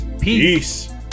peace